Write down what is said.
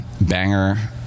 Banger